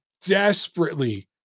desperately